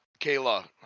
Kayla